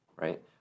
right